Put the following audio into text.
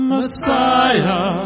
Messiah